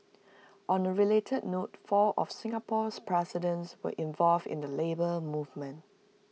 on A related note four of Singapore's presidents were involved in the Labour Movement